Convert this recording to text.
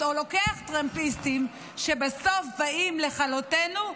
או לוקח טרמפיסטים שבסוף באים לכלותנו,